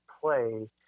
play